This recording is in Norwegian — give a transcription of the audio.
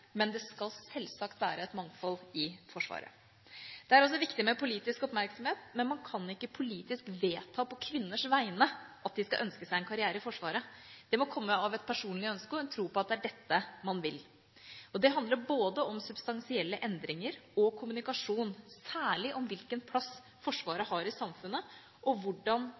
men det skal sjølsagt være et mangfold i Forsvaret. Det er også viktig med politisk oppmerksomhet, men man kan ikke på kvinners vegne politisk vedta at de skal ønske seg en karriere i Forsvaret. Det må komme av et personlig ønske og en tro på at det er dette de vil. Det handler både om substansielle endringer og kommunikasjon særlig om hvilken plass Forsvaret har i samfunnet, og hvordan